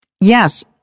Yes